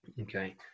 okay